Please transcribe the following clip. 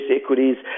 equities